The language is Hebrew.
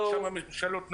שם הממשלות נתנו,